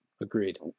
Agreed